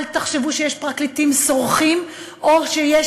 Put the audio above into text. אל תחשבו שיש פרקליטים סורחים או שיש